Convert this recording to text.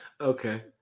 Okay